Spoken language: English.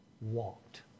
walked